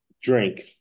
drink